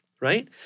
right